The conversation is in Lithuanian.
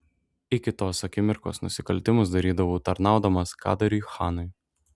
iki tos akimirkos nusikaltimus darydavau tarnaudamas kadarui chanui